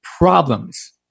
problems